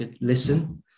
listen